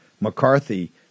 McCarthy